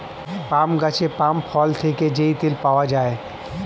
পাম গাছের পাম ফল থেকে যেই তেল পাওয়া যায়